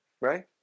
Right